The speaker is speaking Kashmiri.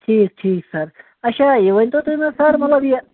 ٹھیٖک ٹھیٖک سَر اچھا یہِ ؤنۍ تو تُہۍ مےٚ سَر مطلب یہِ